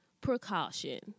precaution